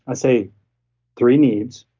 and say three needs,